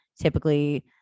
typically